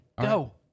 Go